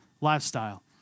lifestyle